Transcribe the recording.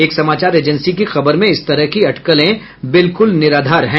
एक समाचार एजेंसी की खबर में इस तरह की अटकलें बिल्कुल निराधार हैं